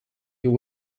your